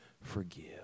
forgive